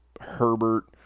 Herbert